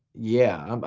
yeah. um